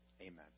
Amen